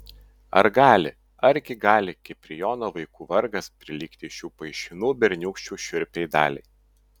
ar gali argi gali kiprijono vaikų vargas prilygti šių paišinų berniūkščių šiurpiai daliai